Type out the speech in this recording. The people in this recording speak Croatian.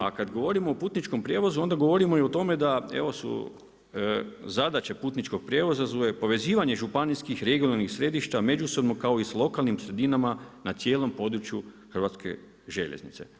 A kad govorimo o putničkom prijevozu onda govorimo i o tome evo su zadaće putničkih prijevoza, povezivanje županijskih, regionalnih središta, međusobno kao i sa lokalnim sredinama na cijelom području Hrvatske željeznice.